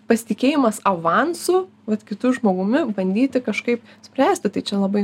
pasitikėjimas avansu vat kitu žmogumi bandyti kažkaip spręsti tai čia labai